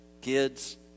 kids